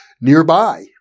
nearby